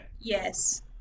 Yes